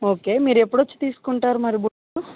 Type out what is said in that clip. okay మీరు ఎప్పుడు వచ్చి తీసుకుంటారు మరి బుట్టలు